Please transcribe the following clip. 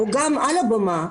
או גם על הבמה,